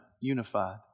unified